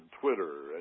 Twitter